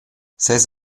ses